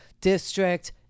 district